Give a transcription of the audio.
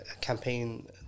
campaign